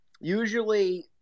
usually